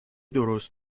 درست